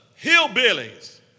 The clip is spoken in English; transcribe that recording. hillbillies